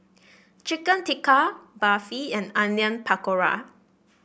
Chicken Tikka Barfi and Onion Pakora